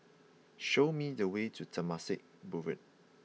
show me the way to Temasek Boulevard